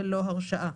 בלא הרשאה.